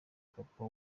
papa